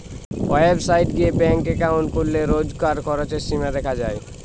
website গিয়ে bank account খুললে রোজকার খরচের সীমা দেখা যায়